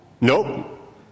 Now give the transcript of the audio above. Nope